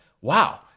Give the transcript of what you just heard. wow